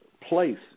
place